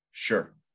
Sure